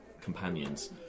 companions